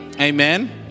amen